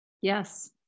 Yes